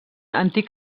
antic